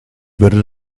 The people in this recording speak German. würde